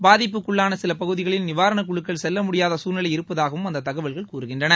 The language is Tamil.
பாதிப்புக்குள்ளான சில பகுதிகளில் நிவாரணக் குழுக்கள் செல்ல முடியாத சூழ்நிலை இருப்பதாகவும் அந்த தகவல்கள் கூறுகின்றன